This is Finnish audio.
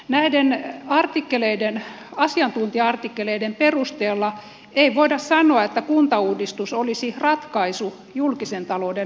näiden asiantuntija artikkeleiden perusteella ei voida sanoa että kuntauudistus olisi ratkaisu julkisen talouden haasteisiin